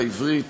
העברית,